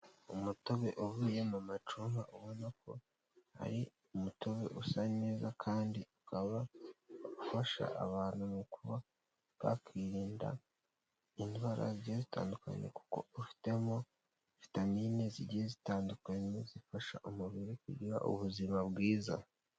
Umutobe uvuye mu macunga ubona ko hari umutobe usa neza kandi ukaba ufasha abantu mu kuba bakirinda indwara zigiye zitandukanye, kuko ufitemo vitamine zigiye zitandukanye zifasha umubiri kugira ubuzima bwiza.